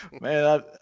man